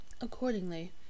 Accordingly